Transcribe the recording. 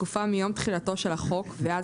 בתקופה מיום תחילתו של החוק ועד